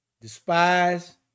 Despise